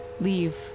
leave